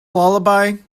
lullaby